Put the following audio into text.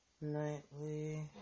nightly